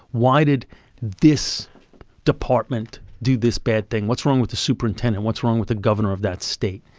why did this department do this bad thing? what's wrong with the superintendent, what's wrong with the governor of that state?